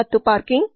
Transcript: ಮತ್ತು ಪಾರ್ಕಿಂಗ್